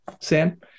Sam